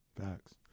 Facts